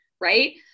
Right